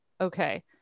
okay